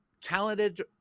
talented